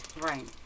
Right